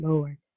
Lord